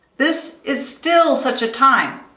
this is still such a time,